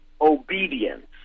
obedience